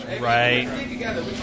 Right